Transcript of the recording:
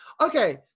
Okay